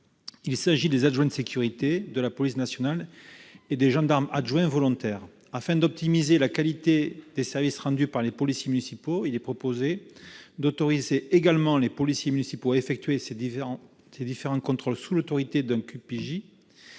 Il s'agit des adjoints de sécurité, ou ADS, de la police nationale et des gendarmes adjoints volontaires, ou GAV. Afin d'optimiser la qualité des services rendus par les policiers municipaux, nous proposons d'autoriser également ces derniers à effectuer ces différents contrôles sous l'autorité d'un OPJ